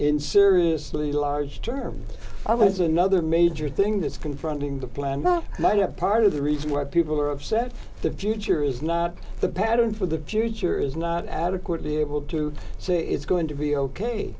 in seriously large term i was another major thing that's confronting the plan but not yet part of the reason why people are upset the future is not the pattern for the future is not adequately able to say it's going to be ok